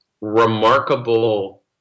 remarkable